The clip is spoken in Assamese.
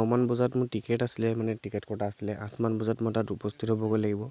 নমান বজাত মোৰ টিকেট আছিলে মানে টিকেট কটা আছিলে আঠমান বজাত মই তাত উপস্থিত হ'বগৈ লাগিব